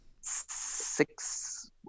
six